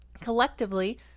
Collectively